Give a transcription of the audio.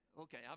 okay